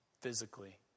physically